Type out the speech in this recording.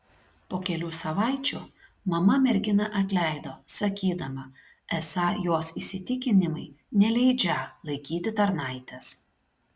po kelių savaičių mama merginą atleido sakydama esą jos įsitikinimai neleidžią laikyti tarnaitės